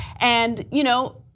and, you know,